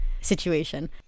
situation